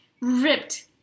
ripped